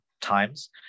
times